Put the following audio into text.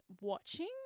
watching